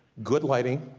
good lighting,